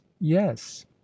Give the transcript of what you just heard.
yes